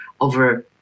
over